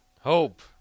Hope